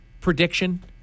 prediction